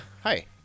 Hi